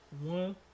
One